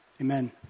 Amen